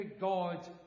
god